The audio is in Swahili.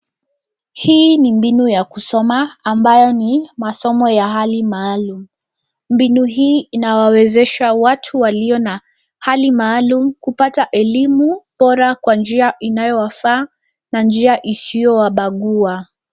Hii ni mbinu ya kusoma ambayo ni masomo ya hali maalum. Mbinu hii inawawezesha watu walio na hali maalum kupata elimu bora kwa njia inayowafaa na njia isiyowabagua.